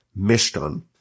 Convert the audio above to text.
Mishkan